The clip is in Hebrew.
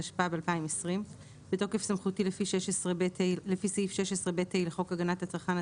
התשפ"ב-2022 בתוקף סמכותי לפי סעיף 16ב(ה) לחוק הגנת הצרכן,